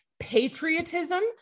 Patriotism